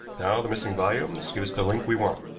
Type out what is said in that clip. now the missing volumes give us the link we want.